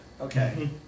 Okay